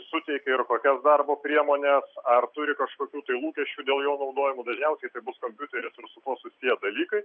suteikia ir kokias darbo priemones ar turi kažkokių tai lūkesčių dėl jų naudojimo dažniausiai tai bus kompiuteris ir su tuo susiję dalykai